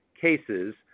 cases